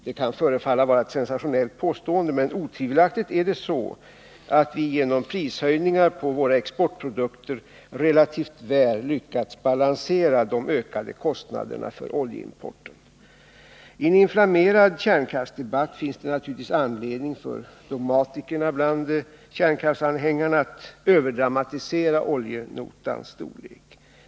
Det kan förefalla vara ett sensationellt påstående, men otvivelaktigt är det så att vi genom prishöjningar på våra exportprodukter relativt väl lyckats balansera de ökade kostnaderna för oljeimporten. I en inflammerad kärnkraftsdebatt finns det naturligtvis anledning för dogmatikerna bland kärnkraftsanhängarna att överdramatisera oljenotans storlek.